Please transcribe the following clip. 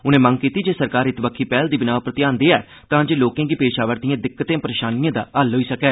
उनें मंग कीती जे सरकार इत्त बक्खी पैहल दी विनाह पर ध्यान देयै तां जे लोकें गी पेश अवारदिएं दिक्कतें परेशानिएं दा हल होई सकैं